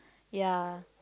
ya